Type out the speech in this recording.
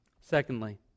Secondly